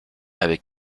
avec